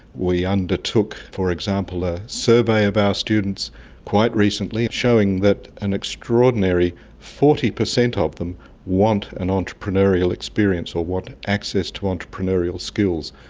we undertook, for example, a survey of our students quite recently showing that an extraordinary forty percent ah of them want an entrepreneurial experience or want access to entrepreneurial skills,